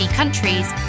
countries